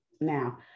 Now